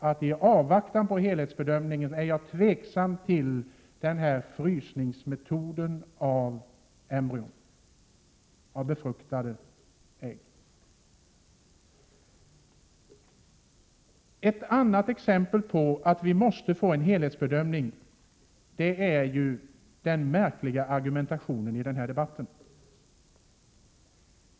I avvaktan på den helhetsbedömning jag talade om är jag också tveksam till metoden att frysa befruktade ägg. Ett annat exempel på att vi måste få en helhetsbedömning är den märkliga argumentationen i den här debatten.